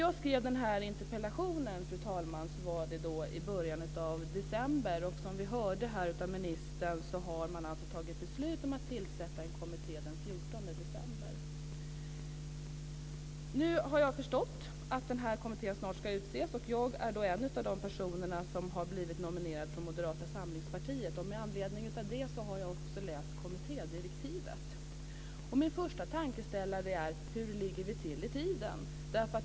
Jag skrev den här interpellationen i början av december. Och som vi hörde av ministern har man den 14 december fattat beslut om att tillsätta en kommitté. Nu har jag förstått att den här kommittén snart ska utses, och jag är en av de personer som har blivit nominerad från Moderata samlingspartiet. Och med anledning av det har jag också läst kommittédirektivet. Min första tankeställare är: Hur ligger vi till i tiden?